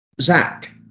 Zach